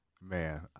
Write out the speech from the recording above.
man